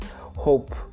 hope